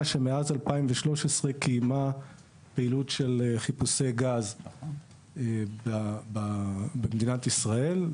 שמאז 2013 קיימה פעילות של חיפושי גז במדינת ישראל.